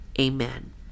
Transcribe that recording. Amen